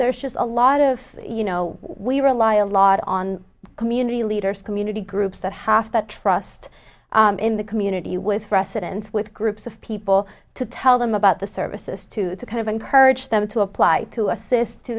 there's just a lot of you know we rely a lot on community leaders community groups that have to trust in the community with precedence with groups of people to tell them about the services to kind of encourage them to apply to assist to